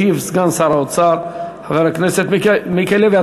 ישיב סגן שר האוצר, חבר הכנסת מיקי לוי.